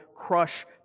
Crush